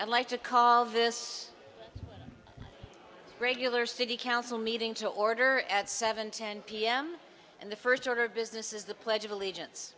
i like to call this regular city council meeting to order at seven ten pm and the first order of business is the pledge of allegiance